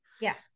yes